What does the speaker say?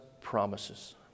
promises